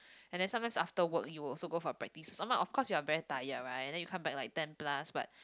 and then sometimes after work you also go for practice sometime of course you're very tired right then you come back like ten plus but